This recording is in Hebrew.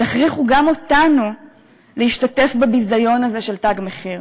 תכריחו גם אותנו להשתתף בביזיון הזה של "תג מחיר".